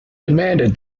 demanded